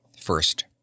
First